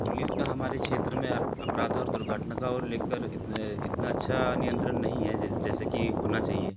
police का हमारे क्षेत्र में अपराध और दुर्घटना को लेकर इतने इतना अच्छा नियंत्रण नहीं है जैसा कि होना चाहिए